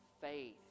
faith